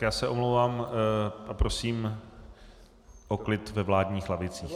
Já se omlouvám, prosím o klid ve vládních lavicích.